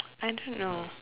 I don't know